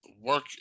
work